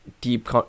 deep